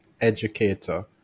educator